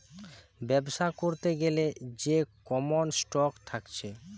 বেবসা করতে গ্যালে যে কমন স্টক থাকছে